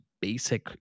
basic